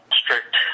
strict